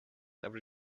every